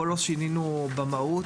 פה לא שינינו במהות,